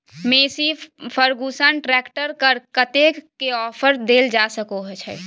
Massey Ferguson tractor पर कतेक के ऑफर देल जा सकै छै?